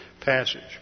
passage